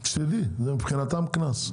שתדעי, זה מבחינתם קנס.